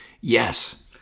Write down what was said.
yes